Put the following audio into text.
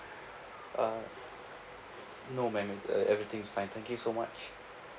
uh no ma'am it's uh everything is fine thank you so much